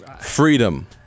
Freedom